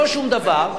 לא שום דבר,